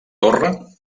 torre